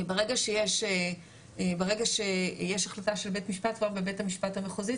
ברגע שיש החלטה של בית משפט כבר בבית המשפט המחוזי,